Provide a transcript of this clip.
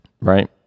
right